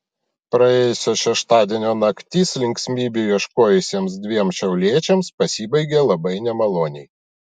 praėjusio šeštadienio naktis linksmybių ieškojusiems dviem šiauliečiams pasibaigė labai nemaloniai